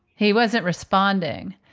he wasn't responding.